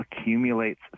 accumulates